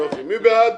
מי בעד?